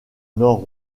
nord